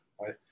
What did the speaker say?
right